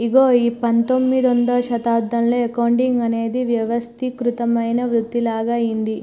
ఇగో ఈ పందొమ్మిదవ శతాబ్దంలో అకౌంటింగ్ అనేది వ్యవస్థీకృతమైన వృతిలాగ అయ్యింది